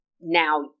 now